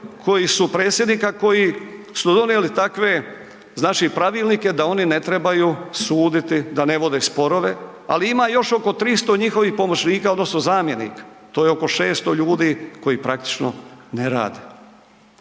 koji su, predsjednika, koji su donijeli takve znači pravilnike da oni ne trebaju suditi, da ne vode sporove, ali ima još oko 300 njihovih pomoćnika odnosno zamjenika. To je oko 600 ljudi koji praktično ne rade.